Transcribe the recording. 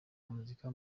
muzika